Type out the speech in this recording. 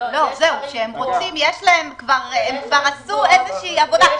הם כבר עשו איזו עבודה.